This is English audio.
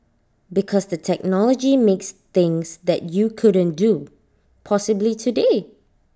because the technology makes things that you couldn't do possible today